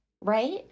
right